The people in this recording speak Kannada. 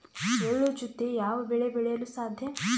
ಎಳ್ಳು ಜೂತೆ ಯಾವ ಬೆಳೆ ಬೆಳೆಯಲು ಸಾಧ್ಯ?